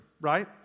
right